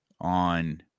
on